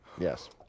Yes